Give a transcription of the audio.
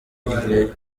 iri